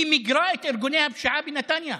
היא מיגרה את ארגוני הפשיעה בנתניה,